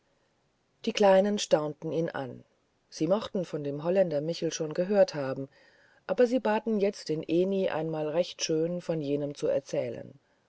die kleinen staunten ihn an sie mochten von dem holländer michel schon gehört haben aber sie baten jetzt den ehni einmal recht schön von jenem zu erzählen